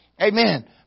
Amen